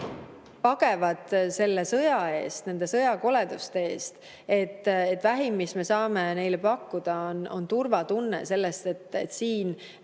pagevad selle sõja eest, sõjakoleduste eest ja vähim, mis me saame neile pakkuda, on turvatunne, sest siin